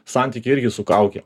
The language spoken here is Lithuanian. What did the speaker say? santykiai irgi su kauke